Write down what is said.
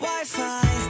Wi-Fi